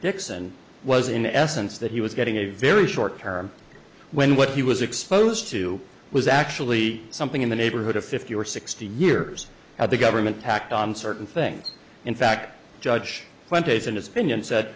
dixon was in essence that he was getting a very short term when what he was exposed to was actually something in the neighborhood of fifty or sixty years at the government tacked on certain things in fact judge twenty's in his opinion said